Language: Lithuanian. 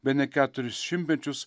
bene keturis šimtmečius